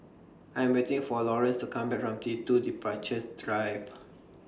I'm waiting For Laurance to Come Back from T two Departures Drive